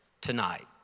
tonight